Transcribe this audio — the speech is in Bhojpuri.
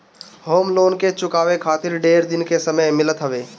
होम लोन के चुकावे खातिर ढेर दिन के समय मिलत हवे